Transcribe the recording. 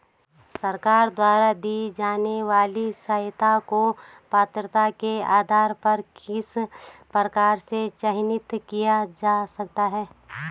सरकार द्वारा दी जाने वाली सहायता को पात्रता के आधार पर किस प्रकार से चयनित किया जा सकता है?